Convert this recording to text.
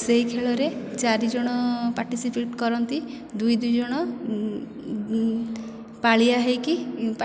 ସେହି ଖେଳରେ ଚାରିଜଣ ପାଟିସିପେଟ୍ କରନ୍ତି ଦୁଇ ଦୁଇ ଜଣ ପାଳିଆ ହେଇକି